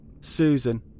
Susan